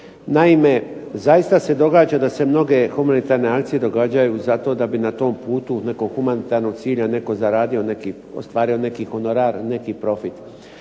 Naime, zaista se događa da se mnoge humanitarne akcije događaju zato da bi na tom putu nekog humanitarnog cilja netko zaradio neki, ostvario neki honorar, neki profit.